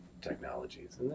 technologies